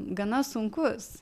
gana sunkus